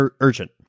urgent